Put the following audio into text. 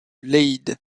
leyde